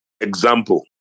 Example